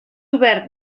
obert